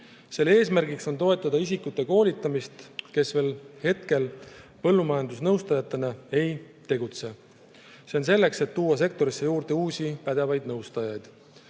Selle eesmärk on toetada nende isikute koolitamist, kes veel põllumajandusnõustajatena ei tegutse. See on selleks, et tuua sektorisse juurde uusi pädevaid nõustajaid.